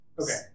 Okay